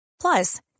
Plus